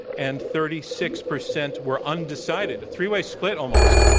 and thirty six percent were undecided. a three-way split, almost.